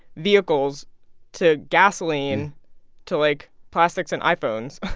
vehicles to gasoline to, like, plastics and iphones.